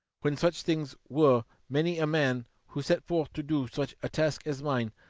when such things were, many a man who set forth to do such a task as mine,